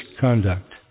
conduct